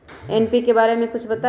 NPK बारे म कुछ बताई?